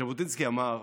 ז'בוטינסקי אמר: